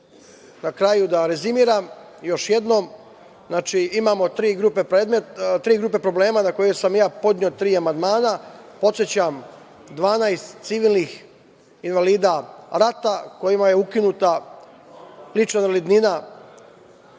na kraju da rezimiram još jednom, imamo tri grupe problema, na koje sam ja podneo tri amandmana. Podsećam, 12 civilnih invalida rata, kojima je ukinuta lična invalidnina